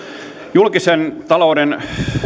julkisen talouden